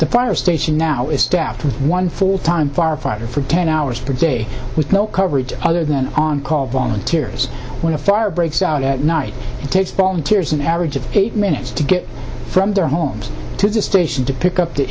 the fire station now is staffed with one full time firefighter for ten hours per day with no coverage other than on call volunteers when a fire breaks out at night it takes balls and tears an average of eight minutes to get from their homes to the station to pick up the